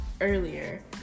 earlier